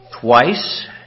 twice